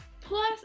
plus